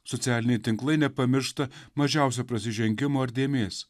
socialiniai tinklai nepamiršta mažiausio prasižengimo ar dėmės